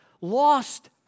Lost